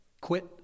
Quit